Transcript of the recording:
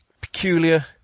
peculiar